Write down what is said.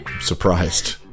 surprised